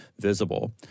visible